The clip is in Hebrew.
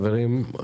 חברים,